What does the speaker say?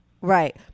Right